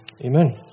Amen